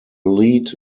lead